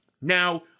Now